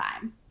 time